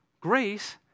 grace